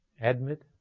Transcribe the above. Admit